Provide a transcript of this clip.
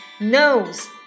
nose